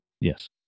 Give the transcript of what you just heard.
Yes